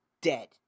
dead